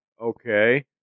Okay